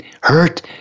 hurt